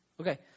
Okay